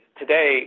today